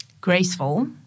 graceful